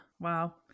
Wow